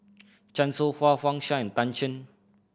Chan Soh Ha Wang Sha Tan Shen